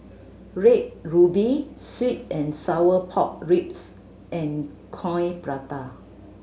Red Ruby sweet and sour pork ribs and Coin Prata